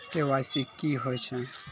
KYC की होय छै?